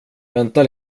vänta